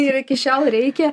ir iki šiol reikia